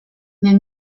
nie